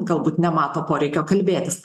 galbūt nemato poreikio kalbėtis